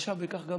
חלשה בכך גם